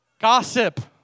gossip